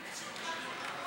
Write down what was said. חבריי חברי הכנסת,